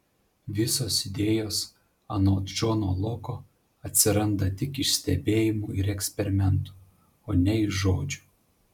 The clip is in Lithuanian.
visos idėjos anot džono loko atsiranda tik iš stebėjimų ir eksperimentų o ne iš žodžių